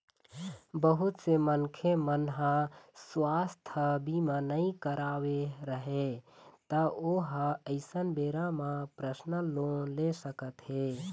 बहुत से मनखे मन ह सुवास्थ बीमा नइ करवाए रहय त ओ ह अइसन बेरा म परसनल लोन ले सकत हे